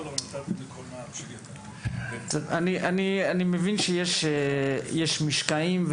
אני מבין שיש משקעים.